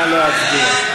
נא להצביע.